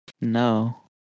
No